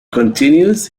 continues